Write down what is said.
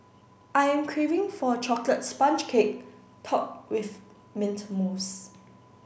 I am craving for a chocolate sponge cake top with mint mousse